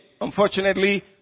Unfortunately